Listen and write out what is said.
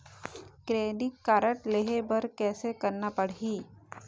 Credit card लेहे बर कैसे करना पड़ही?